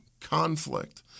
conflict